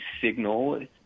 signal